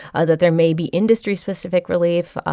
ah that there may be industry-specific relief.